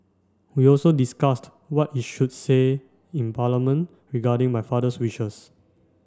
we also discussed what is should say in Parliament regarding my father's wishes